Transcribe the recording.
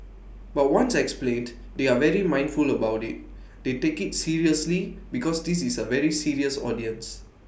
but once explained they are very mindful about IT they take IT seriously because this is A very serious audience